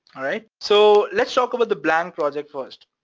alright? so, let's talk about the blank project first.